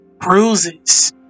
bruises